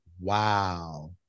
wow